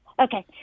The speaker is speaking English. Okay